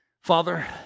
Father